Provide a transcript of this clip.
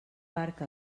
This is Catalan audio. barca